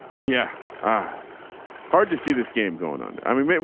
yeah ah hard to see this game going on. i mean,